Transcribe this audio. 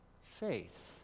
faith